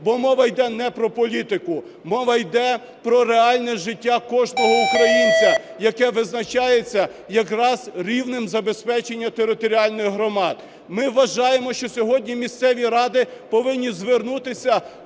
бо мова йде не про політику - мова йде про реальне життя кожного українця, яке визначається якраз рівнем забезпечення територіальних громад. Ми вважаємо, що сьогодні місцеві ради повинні звернутися